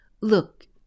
look